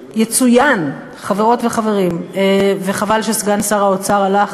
ויצוין, חברות וחברים, וחבל שסגן שר האוצר הלך,